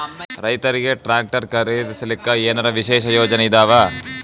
ರೈತರಿಗೆ ಟ್ರಾಕ್ಟರ್ ಖರೀದಿಸಲಿಕ್ಕ ಏನರ ವಿಶೇಷ ಯೋಜನೆ ಇದಾವ?